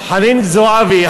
חנין זועבי,